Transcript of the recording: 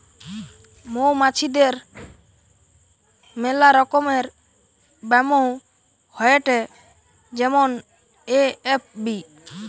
মৌমাছিদের মেলা রকমের ব্যামো হয়েটে যেমন এ.এফ.বি